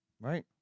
Right